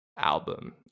Album